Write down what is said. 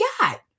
got